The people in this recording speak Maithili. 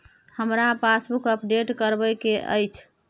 हमरा पासबुक अपडेट करैबे के अएछ?